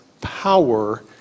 power